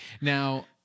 Now